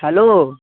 hello